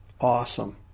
Awesome